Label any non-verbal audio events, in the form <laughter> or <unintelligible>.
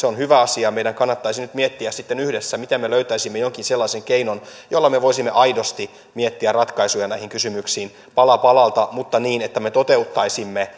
<unintelligible> on hyvä asia meidän kannattaisi nyt miettiä sitten yhdessä miten me löytäisimme jonkin sellaisen keinon jolla me voisimme aidosti miettiä ratkaisuja näihin kysymyksiin pala palalta mutta niin että me toteuttaisimme <unintelligible>